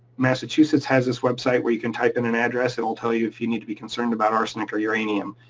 massachusetts has this website where you can type in an address, it will tell you if you need to be concerned about arsenic or uranium.